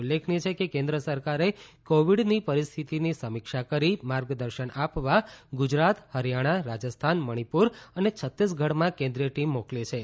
ઉલ્લેખનીય છે કે કેન્દ્ર સરકારે કોવિડની પરિસ્થિતિની સમીક્ષા કરી માર્ગદર્શન આપવા ગુજરાત હરીયાણા રાજસ્થાન મણીપુર અને છત્તીસગઢમાં કેન્દ્રીય ટીમ મોકલી હિ